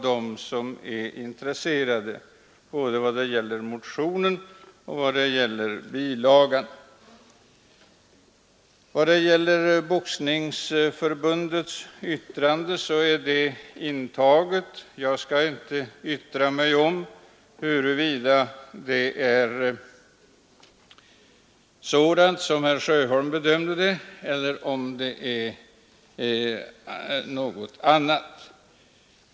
De som är intresserade har således möjlighet att studera både motionen och bilagan. Boxningsförbundets yttrande är däremot fogat vid betänkandet som bilaga. Jag skall inte yttra mig om huruvida dess innehåll motsvarar herr Sjöholms bedömning eller inte.